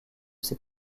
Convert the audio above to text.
ses